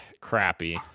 crappy